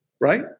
right